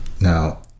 Now